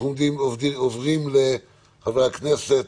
אנחנו עוברים לחבר הכנסת,